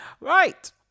Right